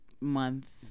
Month